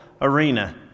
arena